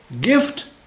Gift